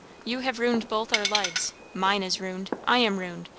you have ruined both our lives. mine is ruined i am ruined.